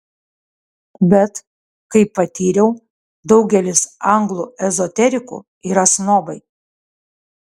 bet kaip patyriau daugelis anglų ezoterikų yra snobai